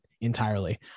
entirely